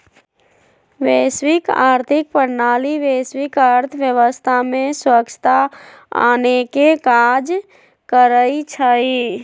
वैश्विक आर्थिक प्रणाली वैश्विक अर्थव्यवस्था में स्वछता आनेके काज करइ छइ